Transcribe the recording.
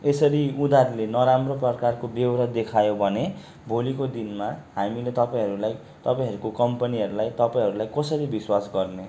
यसरी उनीहरूले नराम्रो प्रकारको बेउरा देखायो भने भोलिको दिनमा हामीले तपाईँहरूलाई तपाईँहरूको कम्पनीहरूलाई तपाईँहरूलाई कसरी विश्वास गर्ने